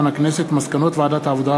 מסקנות ועדת העבודה,